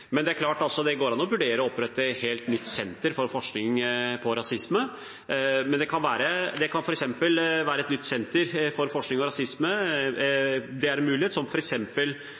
Det er klart at det går an å vurdere å opprette et helt nytt senter for forskning på rasisme, det er en mulighet, f.eks. slik som vi har et senter for